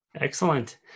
Excellent